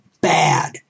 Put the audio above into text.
bad